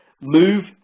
Move